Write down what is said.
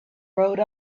wrote